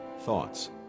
thoughts